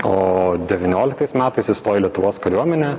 o devynioliktais metais įstojo į lietuvos kariuomenę